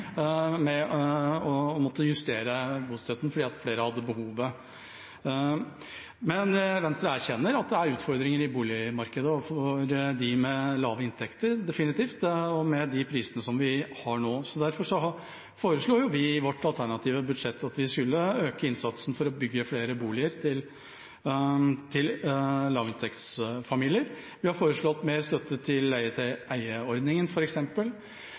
med dagens ordning. Det er den samme utfordringen som forrige regjering hadde – å måtte justere bostøtten fordi flere hadde behov. Venstre erkjenner at det er utfordringer i boligmarkedet for dem med lave inntekter – definitivt – med de prisene vi har nå. Derfor foreslår vi i vårt alternative budsjett å øke innsatsen for å bygge flere boliger til lavinntektsfamilier. Vi har foreslått mer støtte til